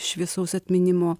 šviesaus atminimo